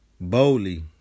boldly